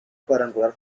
cuadrangular